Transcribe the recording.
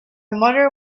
mother